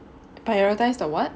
prioritise the what